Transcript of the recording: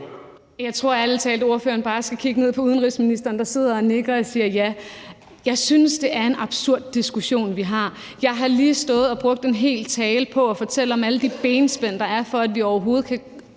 ærlig talt, at ordføreren bare skal kigge ned på udenrigsministeren, der sidder og nikker og siger ja. Jeg synes, det er en absurd diskussion, vi har. Jeg har lige stået og brugt en hel tale på at fortælle om alle de benspænd, der er for, at vi overhovedet kan